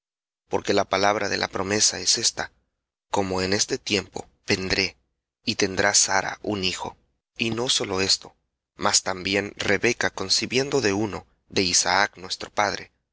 porque la palabra de la promesa es esta como en este tiempo vendré y tendrá sara un hijo y no sólo esto mas también rebeca concibiendo de uno de isaac nuestro padre